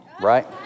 right